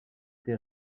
été